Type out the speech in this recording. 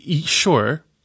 Sure